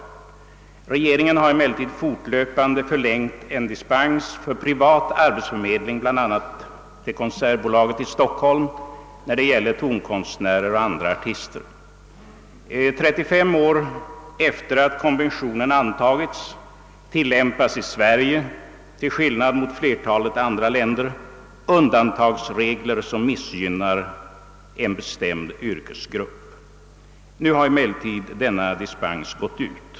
Regeringen har emellertid fortlöpande förlängt en dispens för privat arbetsförmedling, bl.a. till Konsertbolaget i Stockholm, när det gäller tonkonstnärer och andra artister. 35 år efter det att konventionen antagits tilllämpas i Sverige, till skillnad mot vad som är fallet i flertalet andra länder, undantagsregler, som missgynnar en bestämd arbetsgrupp. Nu har emellertid denna dispens gått ut.